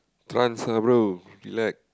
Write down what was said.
trance lah bro relax